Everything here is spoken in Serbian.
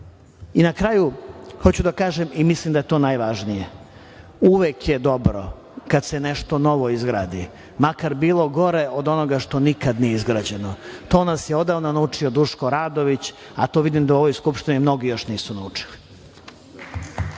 kraju, hoću da kažem, i mislim da je to najvažnije, uvek je dobro kada se nešto novo izgradi, makar bilo gore od onoga što nikada nije izgrađeno. To nas je odavno naučio Duško Radović, a to vidim da u ovoj Skupštini mnogi još nisu naučili.